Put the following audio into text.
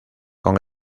con